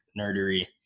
nerdery